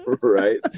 right